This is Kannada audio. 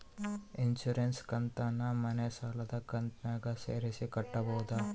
ಇನ್ಸುರೆನ್ಸ್ ಕಂತನ್ನ ಮನೆ ಸಾಲದ ಕಂತಿನಾಗ ಸೇರಿಸಿ ಕಟ್ಟಬೋದ?